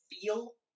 feel